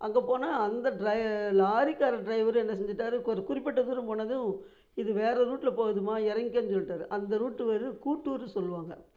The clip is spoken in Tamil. அங்கே போனா ல்அந்த டிரை லாரிக்கார டிரைவரு என்ன செஞ்சிட்டாரு ஒரு குறிப்பிட்ட தூரம் போனதும் இது வேறு ரூட்டில் போகுதும்மா இறங்கிக்கன்னு சொல்லிட்டாரு அந்த ரூட்டு வேறு கூட்டூர்ன்னு சொல்லுவாங்க